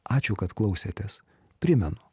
ačiū kad klausėtės primenu